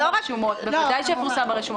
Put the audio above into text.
בוודאי שהוא יפורסם ברשומות.